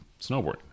snowboarding